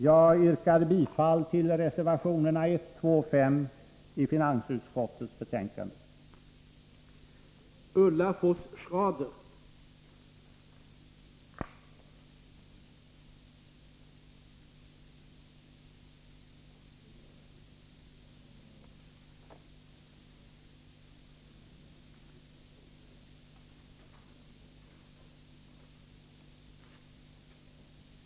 Jag yrkar bifall till de till finansutskottets betänkande fogade reservationerna 1, 2 och 5.